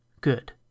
Good